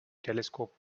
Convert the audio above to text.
telescope